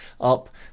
up